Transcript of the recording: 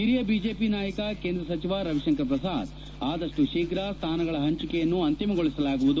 ಹಿರಿಯ ಬಿಜೆಪಿ ನಾಯಕ ಕೇಂದ್ರ ಸಚಿವ ರವಿಶಂಕರ ಪ್ರಸಾದ್ ಆದಷ್ಟು ಶೀಘ್ರ ಸ್ಥಾನಗಳ ಹಂಚಿಕೆಯನ್ನು ಅಂತಿಮಗೊಳಿಸಲಾಗುವದು